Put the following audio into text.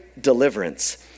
deliverance